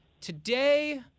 today